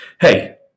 hey